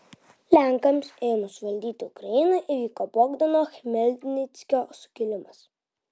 lenkams ėmus valdyti ukrainą įvyko bogdano chmelnickio sukilimas